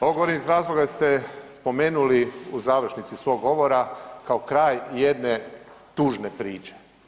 Ovo govorim iz razloga jer ste spomenuli u završnici svog govora kao kraj jedne tužne priče.